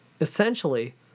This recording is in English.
Essentially